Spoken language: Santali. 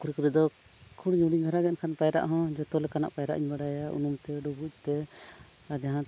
ᱯᱩᱠᱷᱨᱤ ᱠᱚᱨᱮᱫᱚ ᱠᱷᱩᱵᱽ ᱦᱩᱰᱤᱝ ᱰᱷᱟᱨᱟᱜᱮ ᱮᱱᱠᱷᱟᱱ ᱯᱟᱭᱨᱟᱜ ᱦᱚᱸ ᱡᱚᱛᱚ ᱞᱮᱠᱟᱱᱟᱜ ᱯᱟᱭᱨᱟᱜ ᱤᱧ ᱵᱟᱰᱟᱭᱟ ᱩᱱᱩᱢ ᱛᱮᱦᱚᱸ ᱰᱩᱵᱩᱡ ᱛᱮ ᱟᱨ ᱡᱟᱦᱟᱸᱛᱮ